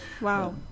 Wow